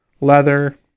Leather